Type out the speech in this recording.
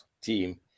team